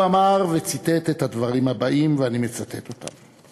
הוא אמר וציטט את הדברים הבאים, ואני מצטט אותם: